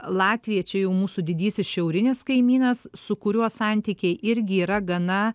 latvija čia jau mūsų didysis šiaurinis kaimynas su kuriuo santykiai irgi yra gana